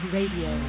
Radio